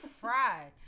fried